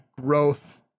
growth